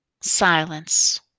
silence